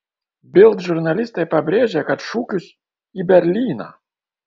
bild žurnalistai pabrėžė kad šūkius į berlyną